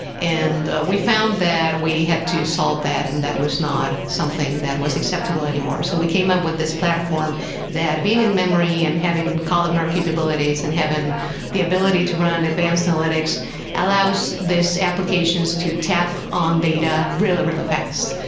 and we found that we had to solve that, and that was not something that was acceptable anymore. so we came up with this platform that being in memory and having columnar capabilities and having the ability to run advanced analytics allows these applications to tap on data really, really fast.